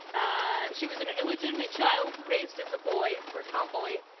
ah she was an illegitimate child, raised as a boy, or tomboy,